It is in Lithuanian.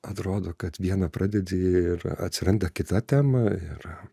atrodo kad vieną pradedi ir atsiranda kita tema ir